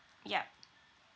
yup